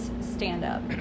stand-up